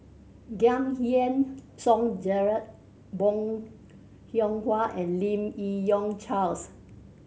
Giam Yean Song Gerald Bong Hiong Hwa and Lim Yi Yong Charles